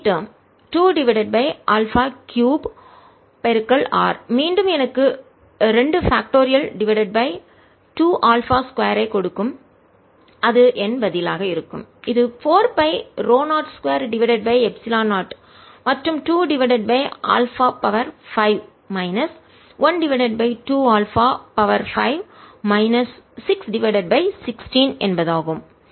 கடைசி term 2 divided by α 3 r மீண்டும் எனக்கு 2 பாக்ட்டோரியல் காரணி டிவைடட் பை 2 α 2 ஐ கொடுக்கும் அது என் பதிலாக இருக்கும் இது 4 பை ρ0 2 டிவைடட் பை எப்சிலன் 0 மற்றும் 2 divided by α 5 minus 1 divided by 2 α 5 minus 6 divided by 16 என்பதாகும்